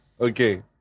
Okay